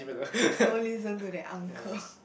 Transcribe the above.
don't listen to that uncle